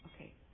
Okay